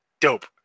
Dope